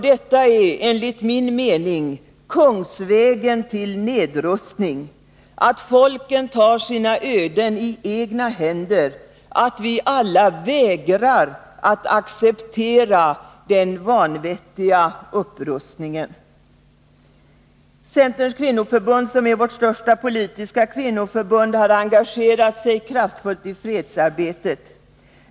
Detta är enligt min mening kungsvägen till nedrustning: att folken tar sina öden i sina egna händer, att vi alla vägrar att acceptera den vanvettiga upprustningen. Centerns kvinnoförbund, som är vårt största politiska kvinnoförbund, har engagerat sig kraftfullt i fredsarbetet.